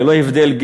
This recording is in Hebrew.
ללא הבדל,